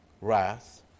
wrath